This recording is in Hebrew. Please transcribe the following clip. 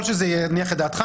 ככל שזה יניח את דעתך,